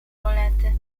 rolety